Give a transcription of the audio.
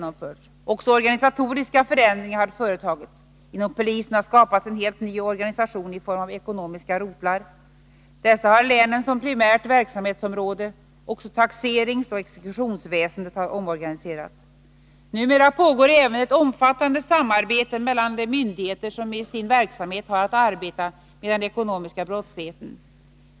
Också organisatoriska förändringar har företagits. Inom polisen har skapats en helt ny organisation i form av ekonomiska rotlar. Dessa har länen som primärt verksamhetsområde. Också taxeringsoch exekutionsväsendet har omorganiserats. Numera pågår även ett omfattande samarbete mellan de myndigheter som i sin verksamhet har att arbeta med den ekonomiska brottsligheten.